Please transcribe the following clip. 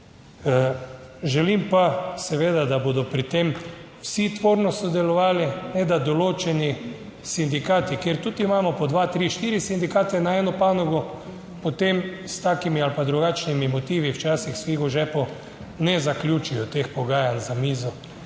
želim pa seveda, da bodo pri tem vsi tvorno sodelovali, ne da določeni sindikati, kjer tudi imamo po dva, tri, štiri sindikate na eno panogo, potem s takimi ali drugačnimi motivi včasih s figo v žepu ne zaključijo teh pogajanj za mizo.